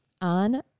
on